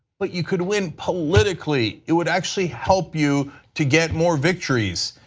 but you could win politically. it would actually help you to get more victories.